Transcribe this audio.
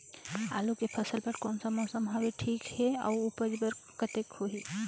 आलू के फसल बर कोन सा मौसम हवे ठीक हे अउर ऊपज कतेक होही?